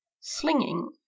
slinging